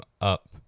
up